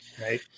right